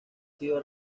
sido